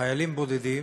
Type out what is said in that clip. חיילים בודדים